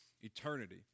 eternity